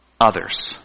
others